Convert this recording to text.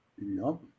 No